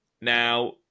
now